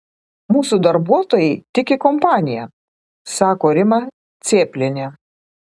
mūsų darbuotojai tiki kompanija sako rima cėplienė